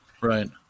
right